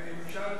אם אפשר לתקן,